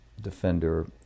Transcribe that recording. defender